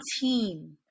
team